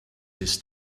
his